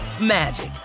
magic